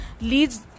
leads